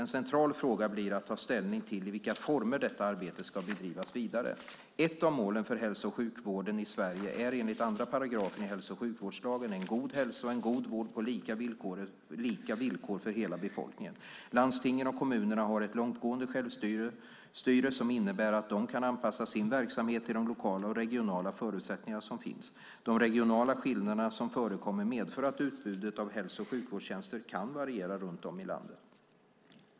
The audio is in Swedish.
En central fråga blir att ta ställning till i vilka former detta arbete ska bedrivas vidare. Ett av målen för hälso och sjukvården i Sverige är enligt 2 § i hälso och sjukvårdslagen en god hälsa och en vård på lika villkor för hela befolkningen. Landstingen och kommunerna har ett långtgående självstyre som innebär att de kan anpassa sin verksamhet till de lokala och regionala förutsättningar som finns. De regionala skillnader som förekommer medför att utbudet av hälso och sjukvårdstjänster kan variera runt om i landet.